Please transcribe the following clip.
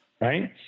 right